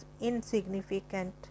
insignificant